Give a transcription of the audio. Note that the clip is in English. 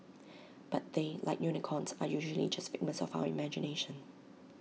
but they like unicorns are usually just figments of our imagination